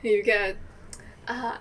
you get what I